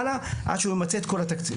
עד שהוא ממצה את כל התקציב.